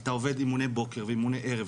אתה עובד אימוני בוקר ואימוני ערב,